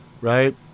right